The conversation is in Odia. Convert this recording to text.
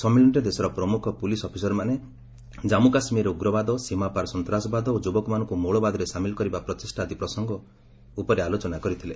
ସମ୍ମିଳନୀରେ ଦେଶର ପ୍ରମୁଖ ପୁଲିସ୍ ଅଫିସରମାନେ ଜାମ୍ମୁକାଶ୍ମୀରରେ ଉଗ୍ରବାଦ ସୀମାପାର ସନ୍ତାସବାଦ ଓ ଯୁବକମାନଙ୍କୁ ମୌଳବାଦରେ ସାମିଲ କରିବା ପ୍ରଚେଷ୍ଟା ଆଦି ପ୍ରସଙ୍ଗ ଆଲୋଚନା କରିଥିଲେ